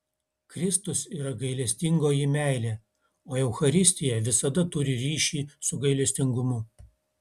kristus yra gailestingoji meilė o eucharistija visada turi ryšį su gailestingumu